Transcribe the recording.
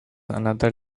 another